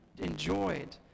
enjoyed